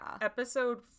episode